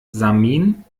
samin